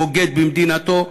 בוגד במדינתו,